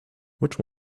which